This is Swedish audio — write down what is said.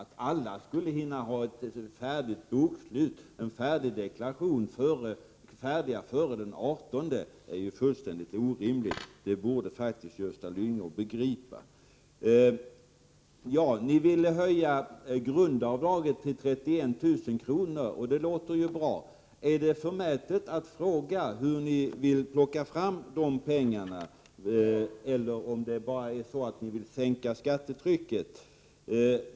Att alla skulle ha ett färdigt bokslut och en färdig deklaration före den 18 januari är ju fullständigt orimligt, det borde faktiskt 31 Gösta Lyngå begripa. Ni ville höja grundavdraget till 31 000 kr. Det låter ju bra. Är det förmätet att fråga hur ni vill plocka fram de pengarna eller om ni bara vill sänka skattetrycket?